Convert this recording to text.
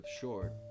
Short